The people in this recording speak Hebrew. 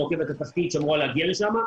הרכבת התחתית שאמורה להגיע לשם,